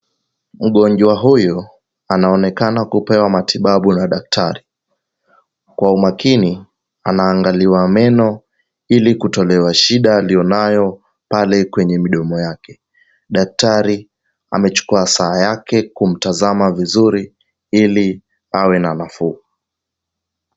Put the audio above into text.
Mgojwa huyu anaonekana kupewa matibabu na daktari, kwa umakini anaangaliwa meno ili kutolewa shida alio nayo pale kwenye mdomo yake. Daktari amechukua saa yake kumtazama vizuri ili awe na nafuu.